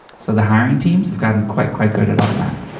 so the hiring teams have gotten quite, quite good at automattic.